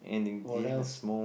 what else